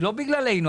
לא בגללנו.